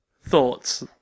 thoughts